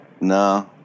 No